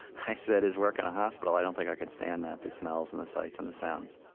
i said, is work in a hospital. i don't think i could stand that, the smells and the sights and the sounds.